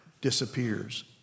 disappears